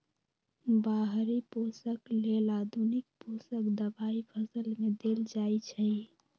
बाहरि पोषक लेल आधुनिक पोषक दबाई फसल में देल जाइछइ